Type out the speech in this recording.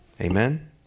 Amen